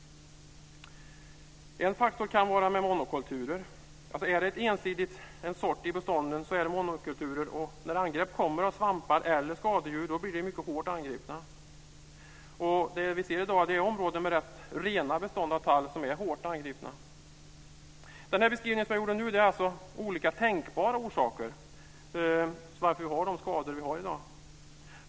En faktor kan också vara monokulturer. Finns det ensidigt en sort i bestånden så är de monokulturer. När angrepp av svampar eller skadedjur kommer blir dessa mycket hårt angripna. I dag ser vi att det är områden med rätt rena bestånd av tall som är hårt angripna. Den beskrivning jag har gjort nu gäller olika tänkbara orsaker till att vi har de skador som vi har i dag.